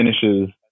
finishes